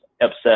upset